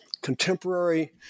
contemporary